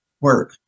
work